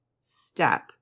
step